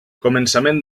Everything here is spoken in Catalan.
començament